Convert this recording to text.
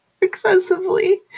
excessively